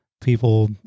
people